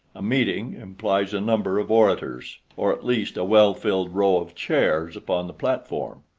a meeting implies a number of orators, or at least a well-filled row of chairs upon the platform.